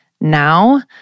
now